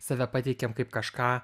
save pateikiam kaip kažką